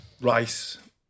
Rice